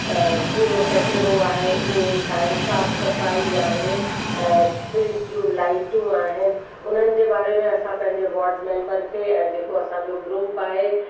कूड़ो कचिरो आहे उहो उठाइण साफ़ सफ़ाई आहे ऐं स्ट्रीट जूं लाइटियूं आहिनि उन्हनि जे बारे में असां पंहिंजे वॉर्ड मैंबर खे या जेको असांजो ग्रुप आहे